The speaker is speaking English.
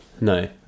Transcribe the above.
No